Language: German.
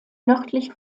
nördlich